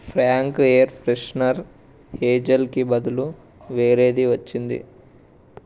frank air freshener హేజల్కి బదులు వేరేది వచ్చింది